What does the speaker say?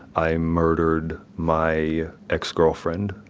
i murdered my ex-girlfriend.